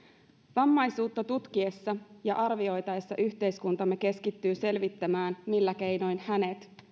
vammaisuutta tutkittaessa ja arvioitaessa yhteiskuntamme keskittyy selvittämään millä keinoin hänet